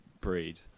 breed